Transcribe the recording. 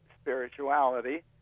spirituality